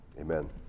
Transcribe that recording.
Amen